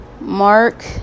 Mark